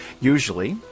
Usually